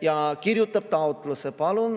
ja kirjutab taotluse "Palun